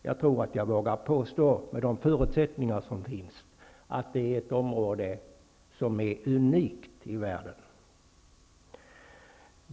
Jag tror att jag vågar säga att, med de förutsättningar som finns, Jarlaberg är ett område som är unikt i världen.